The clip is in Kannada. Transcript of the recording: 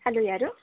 ಹಲೋ ಯಾರು